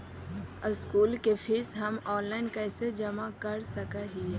School के fees हम online कैसे जमा कर सक हिय?